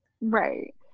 Right